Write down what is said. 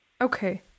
Okay